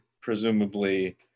presumably